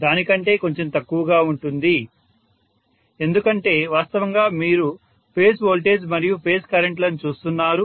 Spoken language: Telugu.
దాని కంటే కొంచెం తక్కువగా ఉంటుంది ఎందుకంటే వాస్తవంగా మీరు ఫేజ్ వోల్టేజ్ మరియు ఫేజ్ కరెంట్ చూస్తున్నారు